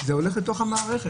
זה הולך לתוך המערכת.